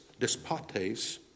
despotes